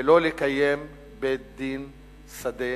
ולא לקיים בית-דין שדה,